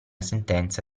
sentenza